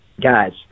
guys